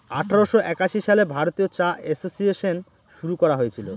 আঠারোশো একাশি সালে ভারতীয় চা এসোসিয়েসন শুরু করা হয়েছিল